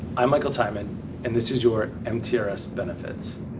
i'm michael tyman and this is your mtrs benefits.